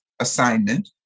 assignment